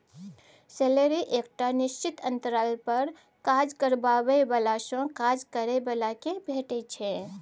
salary एकटा निश्चित अंतराल पर काज करबाबै बलासँ काज करय बला केँ भेटै छै